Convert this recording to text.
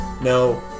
No